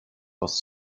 was